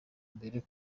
mbere